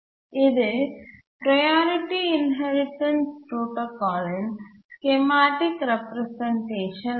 இது priority inheritance புரோடாகால்இன் schematic representation ஆகும்